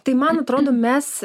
tai man atrodo mes